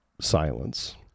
silence